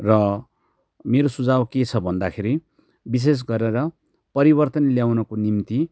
र मेरो सुझाउ के छ भन्दाखेरि विशेष गरेर परिवर्तन ल्याउनको निम्ति